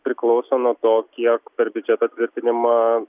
priklauso nuo to kiek per biudžeto tvirtinimą